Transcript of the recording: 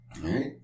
right